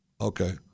Okay